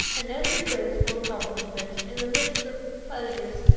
and every graceful accomplishment, in the midst of pleasures,